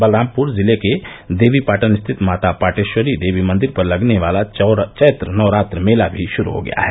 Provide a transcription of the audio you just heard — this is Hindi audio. बलरामपुर जिले के देवीपाटन स्थित माता पाटेष्वरी देवी मंदिर पर लगने वाला चैत्र नवरात्र मेला भी षुरू हो गया है